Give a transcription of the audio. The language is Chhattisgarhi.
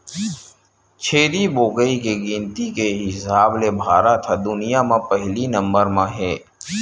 छेरी बोकरा के गिनती के हिसाब ले भारत ह दुनिया म पहिली नंबर म हे